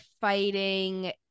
fighting